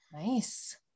nice